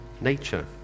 nature